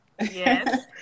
Yes